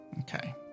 Okay